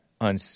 on